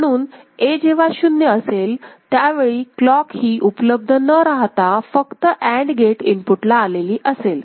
म्हणून A जेव्हा शून्य असेल त्यावेळी क्लॉक ही उपलब्ध न राहता फक्त अँड गेट इनपुटला आलेली असेल